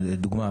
ולדוגמה,